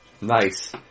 Nice